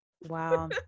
Wow